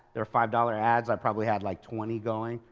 they were five dollars ads, i probably had like twenty going,